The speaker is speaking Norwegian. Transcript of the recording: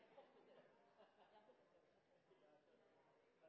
oppe. Det